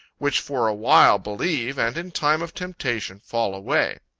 which for a while believe, and in time of temptation fall away.